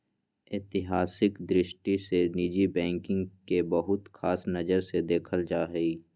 ऐतिहासिक दृष्टि से निजी बैंकिंग के बहुत ख़ास नजर से देखल जा हइ